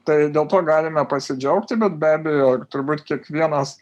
tai dėl to galime pasidžiaugti bet be abejo turbūt kiekvienas